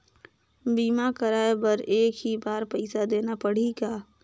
बीमा कराय बर एक ही बार पईसा देना पड़ही का?